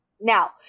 Now